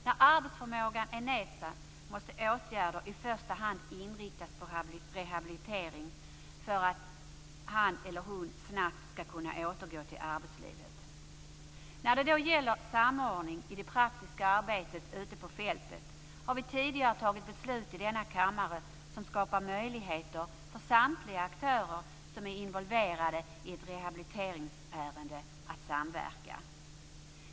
När arbetsförmågan hos en individ är nedsatt måste åtgärder i första hand inriktas på rehabilitering, för att han eller hon snabbt skall kunna återgå till arbetslivet. När det gäller samordning i det praktiska arbetet ute på fältet har vi i denna kammare tidigare fattat beslut som skapar möjligheter för samtliga aktörer som är involverade i ett rehabiliteringsärende att samverka.